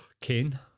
kane